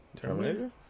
Terminator